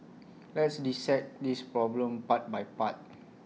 let's dissect this problem part by part